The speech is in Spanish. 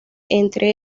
entre